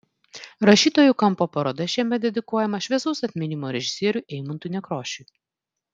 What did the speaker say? rašytojų kampo paroda šiemet dedikuojama šviesaus atminimo režisieriui eimuntui nekrošiui